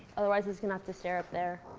otherwise, he's going to have to stare up there.